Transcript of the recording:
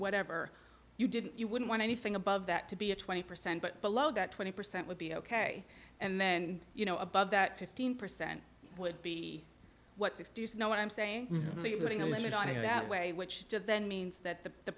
whatever you didn't you wouldn't want anything above that to be a twenty percent but below that twenty percent would be ok and then you know above that fifteen percent would be what's excuse no what i'm saying leaving a limit on you that way which then means that the the